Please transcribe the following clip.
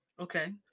Okay